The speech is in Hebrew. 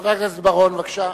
חבר הכנסת בר-און, בבקשה.